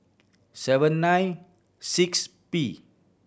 seven nine six P